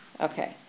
Okay